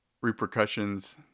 repercussions